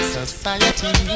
society